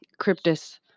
Cryptus